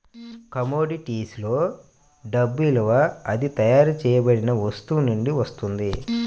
commodities లో డబ్బు విలువ అది తయారు చేయబడిన వస్తువు నుండి వస్తుంది